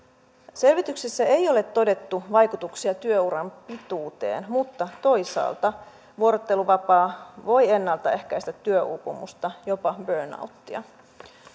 selvityksessä ei ole todettu vaikutuksia työuran pituuteen mutta toisaalta vuorotteluvapaa voi ennalta ehkäistä työuupumusta jopa burnoutia